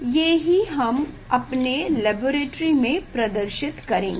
ये ही हम अपने लैबोरेटरी में प्रदर्शित करेंगे